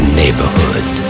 neighborhood